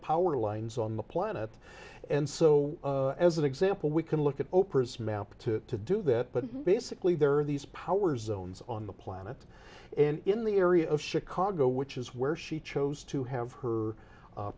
power lines on the planet and so as an example we can look at oprah's map to do that but basically there are these powers zones on the planet and in the area of chicago which is where she chose to have her